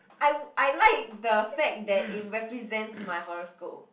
I I like the fact that it represents my horoscope